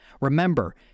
Remember